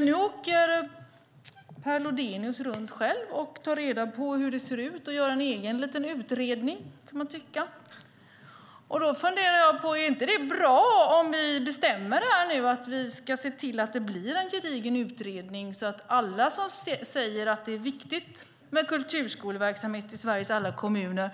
Nu åker Per Lodenius runt själv och tar reda på hur det ser ut och gör en egen liten utredning. Då är min fundering: Är det inte bra om vi här bestämmer att vi ska se till att det blir en gedigen utredning så att alla som säger att det är viktigt med kulturskoleverksamhet i Sveriges alla kommuner